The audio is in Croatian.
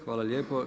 Hvala lijepo.